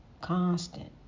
constant